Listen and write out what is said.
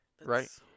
Right